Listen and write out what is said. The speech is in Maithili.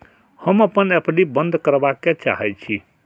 हम अपन एफ.डी बंद करबा के चाहे छी